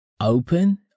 Open